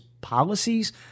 policies